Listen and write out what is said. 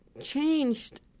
changed